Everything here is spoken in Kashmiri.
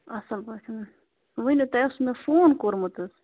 اَصٕل پٲٹھۍ ؤنِو تۄہہِ اوسوُ مےٚ فون کوٚرمُت حظ